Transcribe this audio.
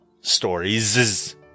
stories